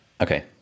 Okay